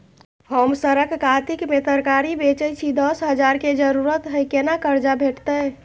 हम सरक कातिक में तरकारी बेचै छी, दस हजार के जरूरत हय केना कर्जा भेटतै?